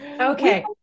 okay